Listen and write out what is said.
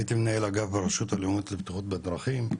הייתי מנהל אגף ברשות לבטיחות בדרכים,